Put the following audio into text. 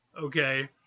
okay